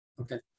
okay